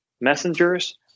messengers